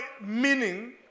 meaning